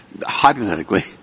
Hypothetically